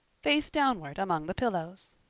face downward among the pillows.